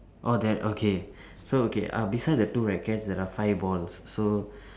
oh that okay so okay uh beside the two rackets there are five balls so